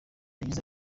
yagize